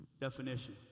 definition